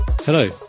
Hello